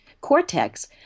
cortex